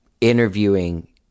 interviewing